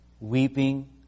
weeping